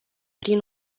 prin